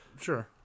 Sure